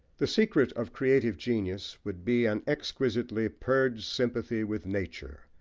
the secret of creative genius would be an exquisitely purged sympathy with nature,